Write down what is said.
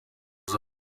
uru